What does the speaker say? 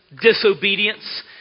disobedience